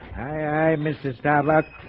hi. mr. saavik.